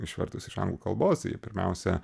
išvertus iš anglų kalbos jie pirmiausia